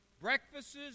Breakfasts